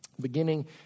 beginning